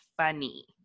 funny